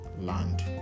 land